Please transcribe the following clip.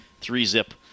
Three-zip